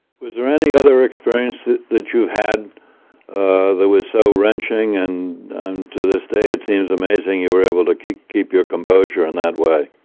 there any other experience that you had that was so wrenching and to this day it seems amazing you were able to keep keep your composure in that way?